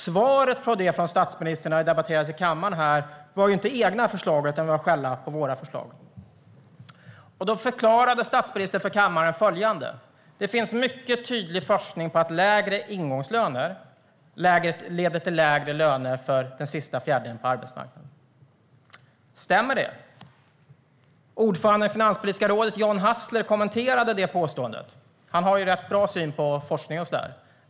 Svaret på det från statsministern när det debatterades i kammaren var inte egna förslag, utan det var att skälla på våra förslag. Då förklarade statsministern följande för kammaren: Det finns mycket tydlig forskning på att lägre ingångslöner leder till lägre löner för den sista fjärdedelen på arbetsmarknaden. Stämmer det? Ordföranden i Finanspolitiska rådet, John Hassler, kommenterade det påståendet. Han har en rätt bra syn på forskning.